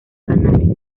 canales